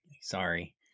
Sorry